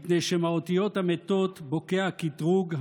מפני שמהאותיות המתות בוקע הקטרוג,